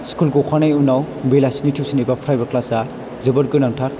school गखांनायनि उनाव बेलासिनि टिउसन एबा प्राइभेट क्लास आव जोबोद गोनांथार